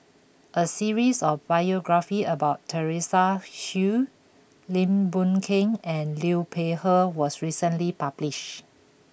a series of biographies about Teresa Hsu Lim Boon Keng and Liu Peihe was recently published